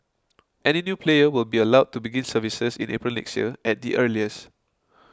any new player will be allowed to begin services in April next year at the earliest